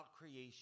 creation